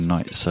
Night